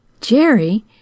Jerry